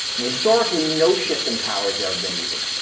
historically, no shift in power has ever been easy.